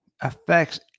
affects